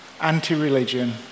anti-religion